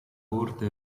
corta